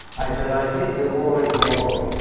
i said i think the war is wrong.